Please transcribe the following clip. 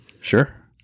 Sure